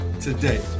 today